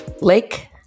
lake